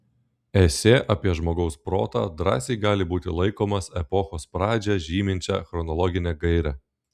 esė apie žmogaus protą drąsiai gali būti laikomas epochos pradžią žyminčia chronologine gaire